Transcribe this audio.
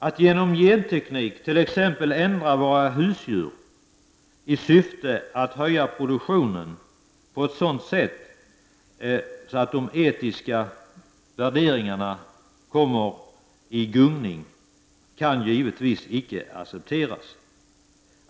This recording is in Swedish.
Att genom genteknik t.ex. ändra våra husdjur i syfte att höja produktionen på ett sådant sätt att de etiska värderingarna kommer i gungning kan givetvis icke accepteras.